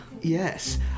Yes